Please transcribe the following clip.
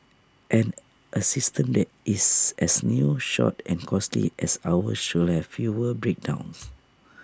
and A system that is as new short and costly as ours should have fewer breakdowns